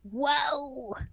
Whoa